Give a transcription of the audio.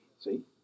See